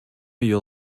you